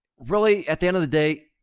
really at the end of the day,